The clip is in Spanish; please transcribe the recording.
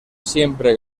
siempre